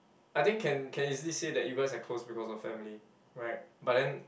I think can can easily say that you guys are close because of family right but then